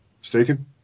Mistaken